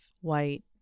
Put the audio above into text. white